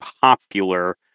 popular